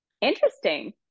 interesting